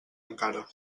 encara